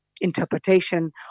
interpretation